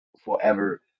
forever